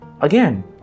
Again